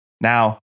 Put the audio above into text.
Now